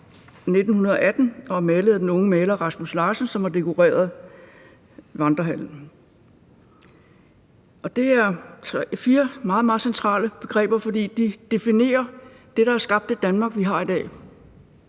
1918 og er malet af den onde maler, Rasmus Larsen, som har dekoreret Vandrehallen. Og det er fire meget, meget centrale begreber, fordi de definerer det, der har skabt det Danmark, vi har i dag.